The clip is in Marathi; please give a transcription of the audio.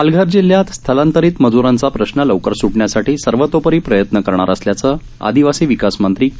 पालघर जिल्ह्यात स्थलांतरित मजुरांचा प्रश्न लवकर सुटण्यासाठी सर्वतोपरी प्रयत्न करणार असल्याचं आदिवासी विकास मंत्री के